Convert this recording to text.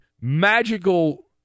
magical